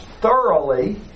thoroughly